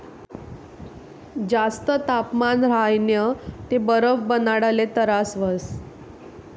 जास्त तापमान राह्यनं ते बरफ बनाडाले तरास व्हस